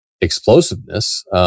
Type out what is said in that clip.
explosiveness